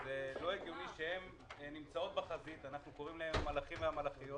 וזה לא הגיוני שהן נמצאות בחזית אנחנו קוראים להם המלאכים והמלאכיות